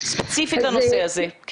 ספציפית לנושא הזה.